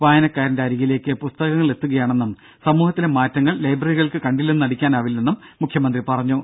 വായനക്കാരന്റെ അരികിലേക്ക് പുസ്തകങ്ങൾ എത്തുകയാണെന്നും സമൂഹത്തിലെ മാറ്റങ്ങൾ ലൈബ്രറികൾക്ക് കണ്ടില്ലെന്ന് നടിക്കാനാവില്ലെന്നും മുഖ്യമന്ത്രി പറഞ്ഞു